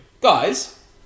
guys